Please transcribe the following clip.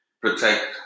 protect